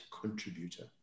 contributor